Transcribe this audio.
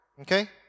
Okay